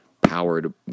Powered